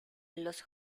los